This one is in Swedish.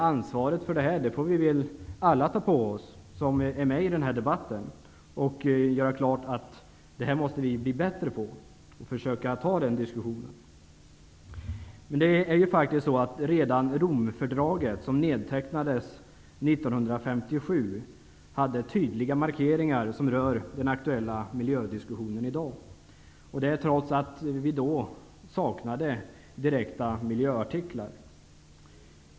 Ansvaret för detta får väl alla vi som är med i denna debatt ta på oss och göra klart att vi måste bli bättre på detta. Vi måste föra denna diskussion. Redan Romfördraget, som nedtecknades 1957, hade tydliga markeringar som rör den aktuella miljödiskussionen i dag, detta trots att vi då saknade direkta miljöartiklar.